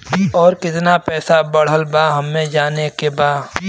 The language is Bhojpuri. और कितना पैसा बढ़ल बा हमे जाने के बा?